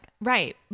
Right